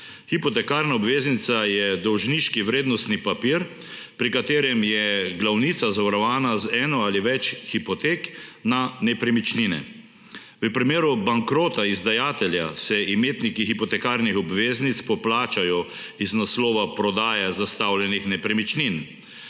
Hipotekarna obveznica je dolžniški vrednostni papir, pri katerem je glavnica zavarovana z eno ali več hipotek na nepremičnine. V primeru bankrota izdajatelja se imetniki hipotekarnih obveznic poplačajo iz naslova prodaje zastavljenih nepremičnin.